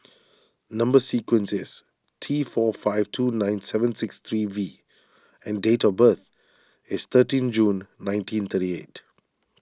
Number Sequence is T four five two nine seven six three V and date of birth is thirteenth June nineteen thirty eight